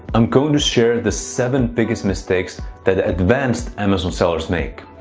i'm going to share the seven biggest mistakes that advanced amazon sellers make.